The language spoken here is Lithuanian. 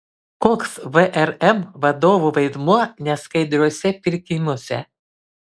koks vrm vadovų vaidmuo neskaidriuose pirkimuose